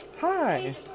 Hi